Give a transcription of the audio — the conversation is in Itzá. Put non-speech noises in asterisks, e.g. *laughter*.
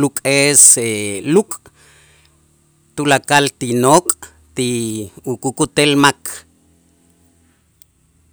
luk'es *hesitation* luk' tulakal ti nok' ti ukukutel mak.